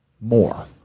more